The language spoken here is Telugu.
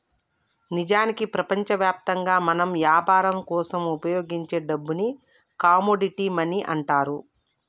నిజానికి ప్రపంచవ్యాప్తంగా మనం యాపరం కోసం ఉపయోగించే డబ్బుని కమోడిటీ మనీ అంటారు